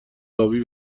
ابی